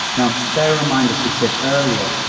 now, bear in mind as we said earlier,